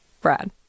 Brad